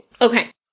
Okay